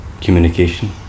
communication